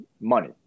money